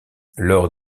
lors